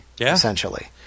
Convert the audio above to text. essentially